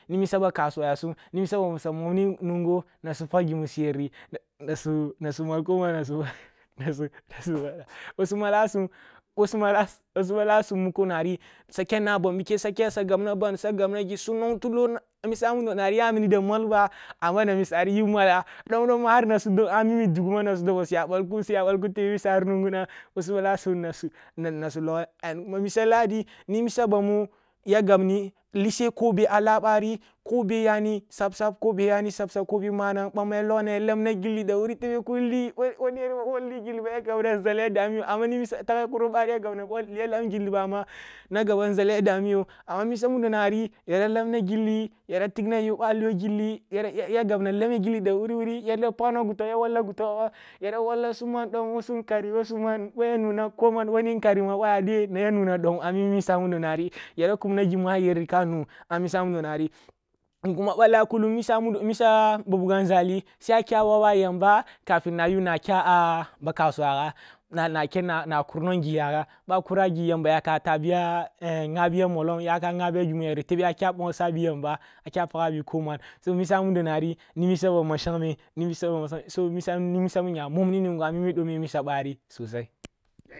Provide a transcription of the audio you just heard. Ni misa ba kasuwa yasum, ni misa ba mu siya mumni nungo na nip ag gimu su yeri nasu nasu pag ko man ъoh sumalasum ъoh sumalasum muko nari swakena ban bike saken sa gabna ban su nwong tulo yawini da malba ama na nusari yu mala nwong nwongna ma har ami dugu na su dobo suya ъallkin suya balkun tebe misari nungunan ъo su balasum nasu nasu misa lahadi ni misa bamu ya gabni ilisse ko beh a lah bari koh be na yani tsap tsap ko be yani tsap-tsap ъamma ya logna ni bari bari ka lam gilli dawuri tebe kunli bo nweriba ya gabna nȝala dami yo tagi kuro bari ya lam yilliba amma nȝala ya damu yo, amma misa mudonari yara gabna yara lamna gilli yara tigna ya ъa aliyo gilli ya lamna gilli, ya wolla gutobo yara wolla su man dom wo su nkari wo su man ъo ya nuna koman a misa mudonari nkuma ъa lah kullung missa mudo missa buganȝali sai akya woba yamba kafin na yu na kya ba kasuwa ga na kur ni ghi yagha ba kura gi yamba tahbi ya gi mu a yeri tebe a kya bongsa bi yamba akya pagabi ko man, so misa mudori ni misa ba ma shengmeh ni misa bamu nya munni nungo a mi tagi misa ъari